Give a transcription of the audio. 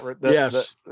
yes